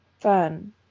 fun